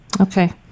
Okay